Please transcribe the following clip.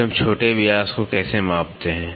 फिर हम छोटे व्यास को कैसे मापते हैं